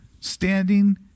standing